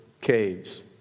caves